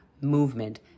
movement